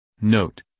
Note